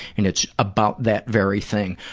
and it's about that very thing.